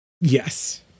Yes